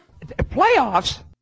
playoffs